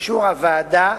לאישור הוועדה,